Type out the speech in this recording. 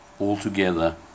altogether